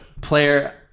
player